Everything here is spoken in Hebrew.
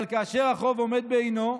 אבל כאשר החוב עומד בעינו,